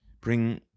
Bring